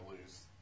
lose